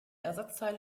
ersatzteil